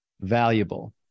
valuable